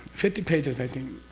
fifty pages i think.